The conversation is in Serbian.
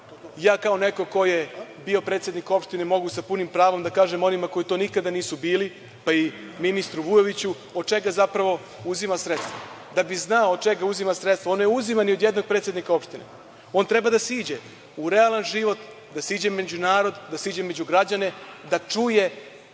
ja kao neko ko je bio predsednik opštine mogu sa punim pravom da kažem onima koji to nikada nisu bili, pa i ministru Vujoviću, odakle zapravo uzima sredstva? Da bi znao od čega uzima sredstva, on ne uzima ni od jednog predsednika opštine. On treba da siđe u realan život, da siđe među narod, da siđe među građane, da čuje